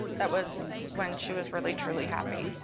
that was when she was really, truly happy.